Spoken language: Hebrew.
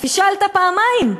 פישלת פעמיים,